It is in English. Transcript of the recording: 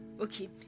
okay